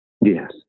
Yes